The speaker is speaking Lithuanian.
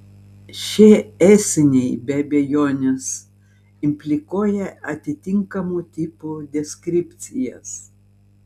šie esiniai be abejonės implikuoja atitinkamų tipų deskripcijas